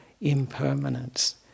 impermanence